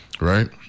Right